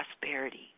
prosperity